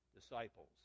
disciples